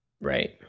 right